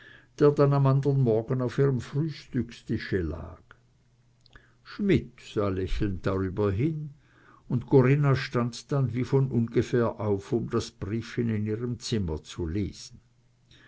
dann am andern morgen auf ihrem frühstückstische lag schmidt sah lächelnd drüber hin und corinna stand dann wie von ungefähr auf um das briefchen in ihrem zimmer zu lesen